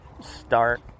start